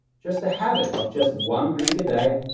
just the habit of just one drink a day,